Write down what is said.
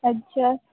अच्छा